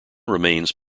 remains